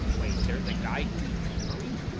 wait, there's a guy who eats memories?